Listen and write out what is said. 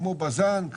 בז"ן,